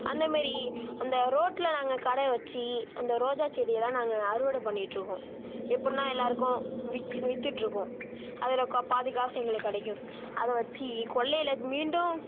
அந்த மாரி அந்த ரோட்டில் நாங்கள் கடை வச்சி அந்த ரோஜா செடியலாம் நாங்கள் அறுவடை பண்ணிட்டுருக்கோம் எப்பிடின்னா எல்லாருக்கும் விக்கி விற்றுட்ருக்கோம் அதில் கா பாதி காசு எங்களுக்கு கிடைக்கும் அதை வச்சி கொல்லையில் மீண்டும்